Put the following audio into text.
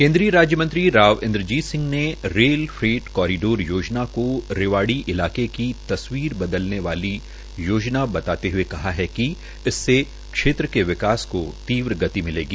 केन्द्रीय राज्य मंत्री राव इंद्रजीत सिंह ने रेल फ्रेट कारिडोर योजना को रेवाड़ी इलाकें की तस्वीर बदलने वाली योजना बताते हुए कहा कि इससे क्षेत्र में विकास को तीव्र गति मिलेगी